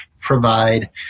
provide